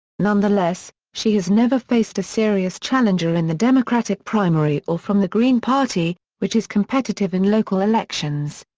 nonetheless, she has never faced a serious challenger in the democratic primary or from the green party, which is competitive in local elections.